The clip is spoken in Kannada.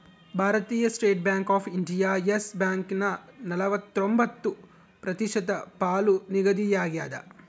ಭಾರತೀಯ State Bank of India Yes ಬ್ಯಾಂಕನ ನಲವತ್ರೊಂಬತ್ತು ಪ್ರತಿಶತ ಪಾಲು ನಿಗದಿಯಾಗ್ಯದ